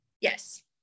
Yes